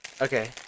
Okay